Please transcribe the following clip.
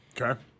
Okay